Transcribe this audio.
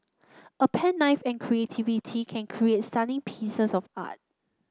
a pen knife and creativity can create stunning pieces of art